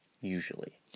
usually